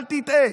אל תטעה,